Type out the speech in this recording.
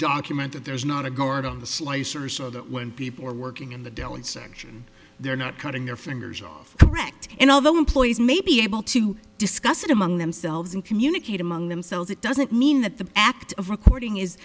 document that there's not a guard on the slicer so that when people are working in the dell and section they're not cutting their fingers off correct and all the employees may be able to discuss it among themselves and communicate among themselves it doesn't mean that the act of recording is